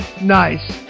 nice